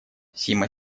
сима